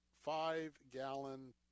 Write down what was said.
Five-gallon